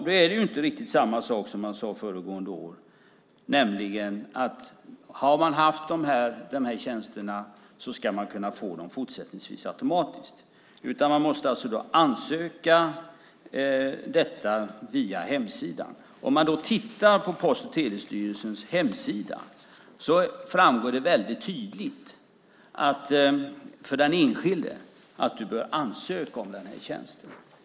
Nu är det inte riktigt som man sade föregående år, nämligen att om man har haft dessa tjänster ska man fortsättningsvis kunna få dem automatiskt, utan man måste ansöka om detta via hemsidan. På Post och telestyrelsens hemsida framgår det väldigt tydligt för den enskilde att man behöver ansöka om den här tjänsten.